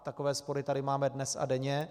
Takové spory tady máme dnes a denně.